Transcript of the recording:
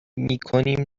میکنیم